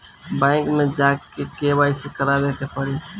Bank मे जा के के.वाइ.सी करबाबे के पड़ी?